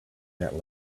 that